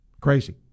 crazy